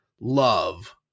love